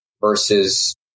versus